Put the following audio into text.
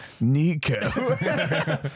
Nico